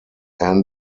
ann